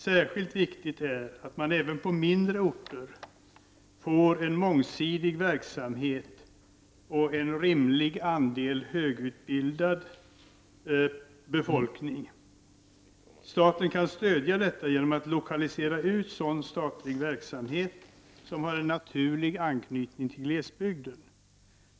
Särskilt viktigt är det att man även på mindre orter får en mångsidig verksamhet och en rimlig andel högutbildad befolkning. Staten kan stödja detta genom att lokalisera ut sådan statlig verksamhet som har en naturlig anknytning till glesbygden.